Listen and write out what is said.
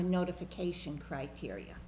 a notification criteria